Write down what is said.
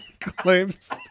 claims